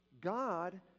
God